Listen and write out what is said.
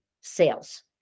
sales